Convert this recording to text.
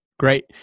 Great